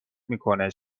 میکنه